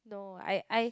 no I I